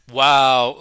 wow